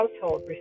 household